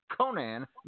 Conan